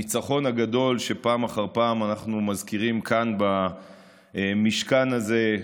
הניצחון הגדול שפעם אחר פעם אנחנו מזכירים כאן במשכן הזה,